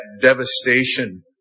devastation